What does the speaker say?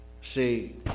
see